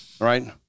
Right